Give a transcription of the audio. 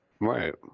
Right